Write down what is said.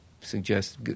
suggest